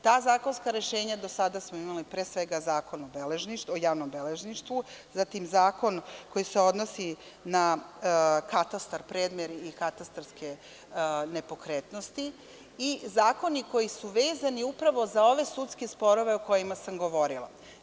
Ta zakonska rešenja, do sada smo imali pre svega Zakon o javnom beležništvu, zatim zakon koji se odnosi na katastar, premer i katastarske nepokretnosti i zakoni koji su vezani upravo za ove sudske sporove o kojima sam govorila.